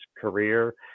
career